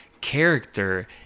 character